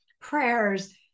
prayers